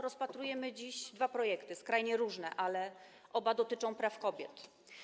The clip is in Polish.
Rozpatrujemy dziś dwa projekty, skrajnie różne, ale oba dotyczą praw kobiet.